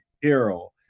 hero